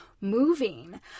moving